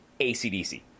ACDC